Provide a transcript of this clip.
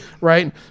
right